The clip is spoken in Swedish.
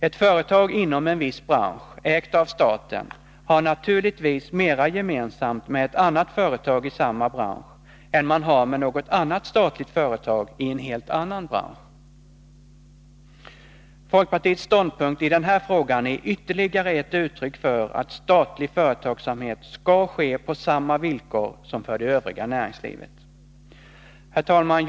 Ett företag inom en viss bransch, ägt av staten, har naturligtvis mera gemensamt med ett annat företag i samma bransch än man har med något annat statligt företag i en helt annan bransch. Folkpartiets ståndpunkt i den här frågan är ytterligare ett uttryck för att statlig företagsamhet skall ske på samma villkor som för det övriga näringslivet. Herr talman!